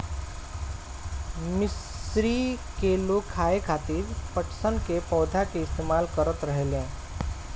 मिस्र के लोग खाये खातिर पटसन के पौधा के इस्तेमाल करत रहले